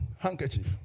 handkerchief